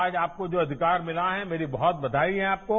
आज आपको जो अधिकार मिला है मेरी बहुत बधाई है आपको